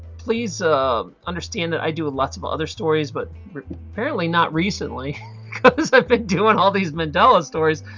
please um understand that i do a lots of other stories but apparently not recently but this i think doing all these mandela stories.